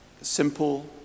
simple